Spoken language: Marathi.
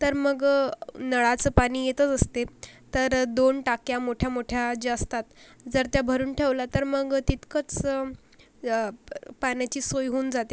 तर मग नळाचं पाणी येतच असते तर दोन टाक्या मोठ्या मोठ्या ज्या असतात जर त्या भरून ठेवल्या तर मग तितकंच पाण्याची सोय होऊन जाते